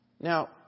Now